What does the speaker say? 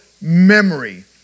memory